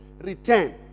return